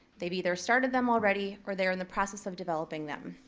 maybe they're started them already, or they're in the process of developing them.